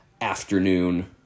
afternoon